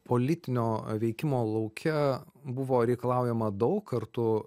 politinio veikimo lauke buvo reikalaujama daug kartu